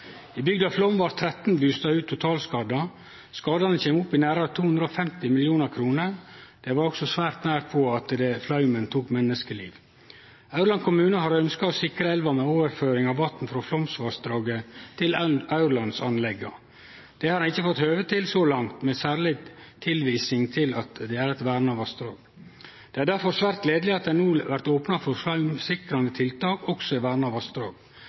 I bygda Flåm blei 13 bustadhus totalskadde. Skadane kjem opp i nærare 250 mill. kr. Det var også svært nære på at flaumen tok menneskeliv. Aurland kommune har ønskt å sikre elva ved overføring av vatn frå Flåmsvassdraget til Aurlandsanlegga. Det har dei ikkje fått høve til så langt, med særleg tilvising til at det er eit verna vassdrag. Det er difor svært gledeleg at det no blir opna for flaumsikrande tiltak også i verna vassdrag.